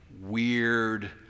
weird